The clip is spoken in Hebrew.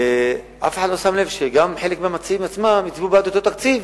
אף אחד לא שם לב שגם חלק מהמציעים עצמם הצביעו בעד אותו תקציב,